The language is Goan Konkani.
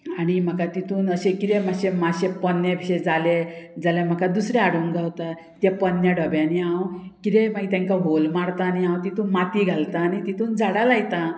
आनी म्हाका तितून अशें कितें मातशें मातशें पोन्नें शें जालें जाल्यार म्हाका दुसरें हाडूंक गावता त्या पोन्न्या डब्यांनी हांव किदें मागीर तेंकां होल मारता आनी हांव तितून माती घालता आनी तितून झाडां लायता